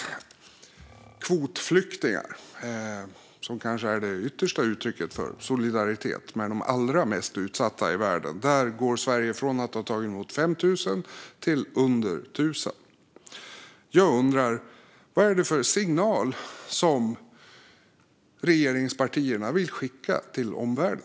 Att ta emot kvotflyktingar är kanske det yttersta uttrycket för solidaritet med de allra mest utsatta i världen. Sverige går från att ha tagit emot 5 000 kvotflyktingar till att ta emot under 1 000. Jag undrar: Vad är det för signal som regeringspartierna vill skicka till omvärlden?